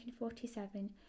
1947